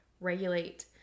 regulate